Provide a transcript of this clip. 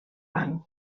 banc